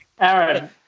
Aaron